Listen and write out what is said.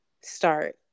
start